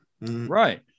right